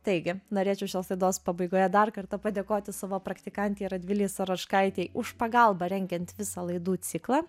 taigi norėčiau šios laidos pabaigoje dar kartą padėkoti savo praktikantei radvilei saročkaitei už pagalbą rengiant visą laidų ciklą